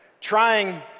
Trying